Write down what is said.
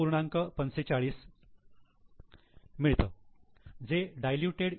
45 शेचाळीस मिळतं जे डायलूटेड इ